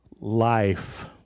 life